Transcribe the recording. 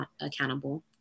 accountable